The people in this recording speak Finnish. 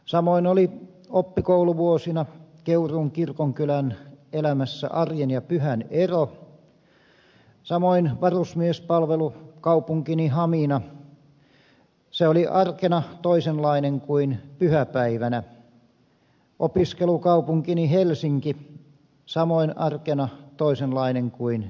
samoin oli oppikouluvuosina keuruun kirkonkylän elämässä arjen ja pyhän ero samoin varusmiespalvelukaupunkini hamina oli arkena toisenlainen kuin pyhäpäivänä opiskelukaupunkini helsinki samoin arkena toisenlainen kuin pyhänä